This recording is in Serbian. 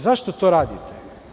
Zašto to radite?